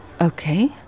Okay